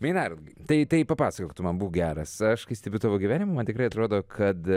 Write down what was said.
meinardai tai tai papasakok tu man būk geras aš kai stebiu tavo gyvenimą man tikrai atrodo kad